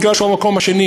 כי הוא המקום השני,